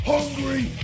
Hungry